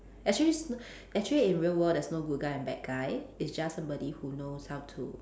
actually s~ actually in real world there's no good guy and bad guy it's just somebody who knows how to